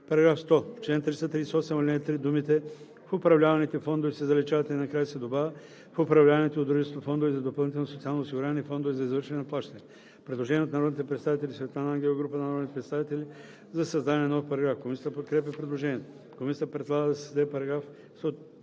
В чл. 338, ал. 3 думите „в управляваните фондове“ се заличават и накрая се добавя „в управляваните от дружеството фондове за допълнително социално осигуряване и фондове за извършване на плащания“.“ Предложение от народните представители Светлана Ангелова и група народни представители за създаване на нов параграф. Комисията подкрепя предложението. Комисията предлага да се създаде § 101: